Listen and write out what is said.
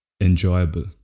enjoyable